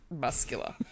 Muscular